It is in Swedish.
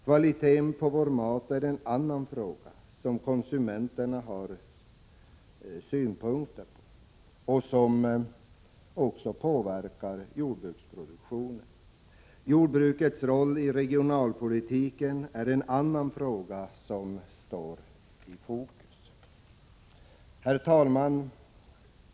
Kvaliteten på vår mat är en annan fråga som konsumenterna har synpunkter på och som också påverkar jordbruksproduktionen. Jordbrukets roll i regionalpolitiken är en annan fråga som står i fokus. Herr talman!